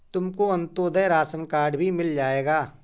तुमको Antyodaya ration card भी मिल जाएगा